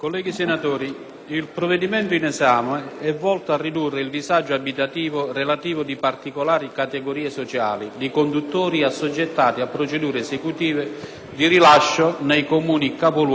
il provvedimento in esame è volto a ridurre il disagio abitativo di particolari categorie sociali di conduttori assoggettati a procedure esecutive di rilascio nei Comuni capoluogo di Provincia